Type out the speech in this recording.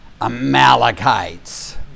Amalekites